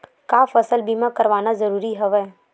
का फसल बीमा करवाना ज़रूरी हवय?